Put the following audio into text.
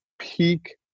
peak